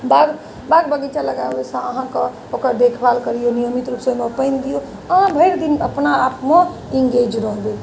बाग बाग बगीचा लगाबैसँ अहाँकऽ ओकर देखभाल कऽ लिअ नियमित रूपसँ ओहिमे पानि दिऔ आओर भरि दिन अपना आपमे इंगेज रहबै